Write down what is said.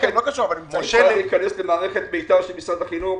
אפשר להיכנס למערכת מיתר של משרד החינוך,